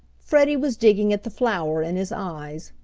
freddie was digging at the flour in his eyes.